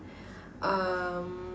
um